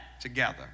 together